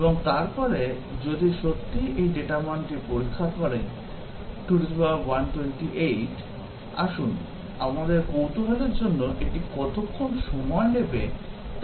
এবং তারপরে যদি আমরা সত্যিই এই ডেটা মানটি পরীক্ষা করি 2128 আসুন আমাদের কৌতূহলের জন্য এটি কতক্ষণ সময় নেবে তা পরীক্ষা করে দেখুন